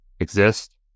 exist